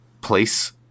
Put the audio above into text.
place